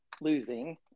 losing